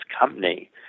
company